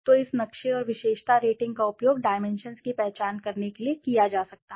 तो इस नक्शे और विशेषता रेटिंग का उपयोग डाइमेंशन्सकी पहचान करने के लिए किया जा सकता है